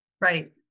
Right